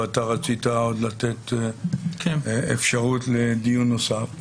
ואתה רצית לתת אפשרות לדיון נוסף,